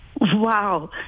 Wow